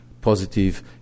positive